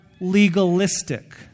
legalistic